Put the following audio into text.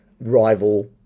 rival